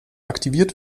aktiviert